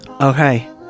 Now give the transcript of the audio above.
okay